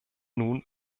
nun